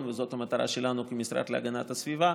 וזו המטרה שלנו כמשרד להגנת הסביבה,